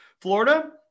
Florida